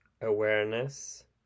awareness